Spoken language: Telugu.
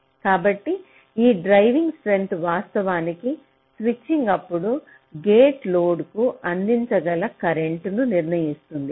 కాబట్టి ఈ డ్రైవ్ స్ట్రెంత్ వాస్తవానికి స్విచ్చింగ్ అప్పుడు గేట్ లోడ్కు అందించగల కరెంట్ను నిర్ణయిస్తుంది